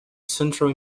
central